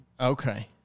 Okay